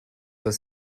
das